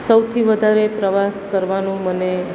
સૌથી વધારે પ્રવાસ કરવાનું મને